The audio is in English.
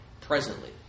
presently